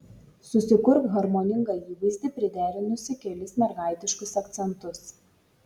susikurk harmoningą įvaizdį priderinusi kelis mergaitiškus akcentus